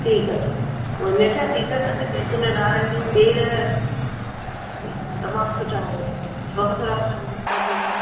ठीकु आहे ठीकु आहे उहा अञा सीज़न आहे न जैतून नारंगियूं ॿेर तमामु सुठा आहियां आहिनि थोरा थोरा विझा तव्हां चओ